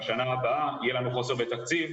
בשנה הבאה יהיה לנו חוסר בתקציב,